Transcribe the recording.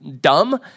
dumb